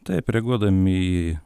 taip reaguodami į